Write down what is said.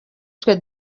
twe